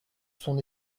son